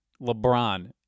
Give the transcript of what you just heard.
LeBron